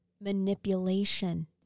manipulation